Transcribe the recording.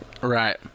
Right